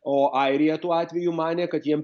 o airija tuo atveju manė kad jiem